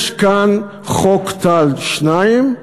יש כאן חוק טל מס' 2,